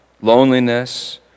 loneliness